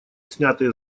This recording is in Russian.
снятые